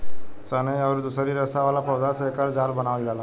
सनई अउरी दूसरी रेसा वाला पौधा से एकर जाल बनावल जाला